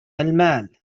المال